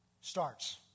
starts